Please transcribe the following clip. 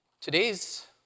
Today's